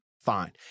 fine